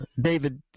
David